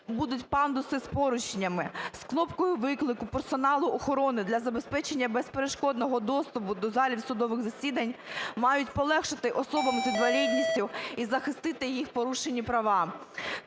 будуть пандуси з поручнями, з кнопкою виклику персоналу охорони для забезпечення безперешкодного доступу до залу в судових засідань мають полегшати особам з інвалідністю і захистити їх порушені права.